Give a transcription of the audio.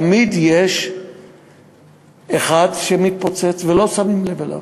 תמיד יש אחד שמתפוצץ ולא שמים לב אליו,